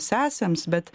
sesėms bet